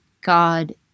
God